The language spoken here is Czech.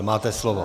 Máte slovo.